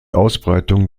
ausbreitung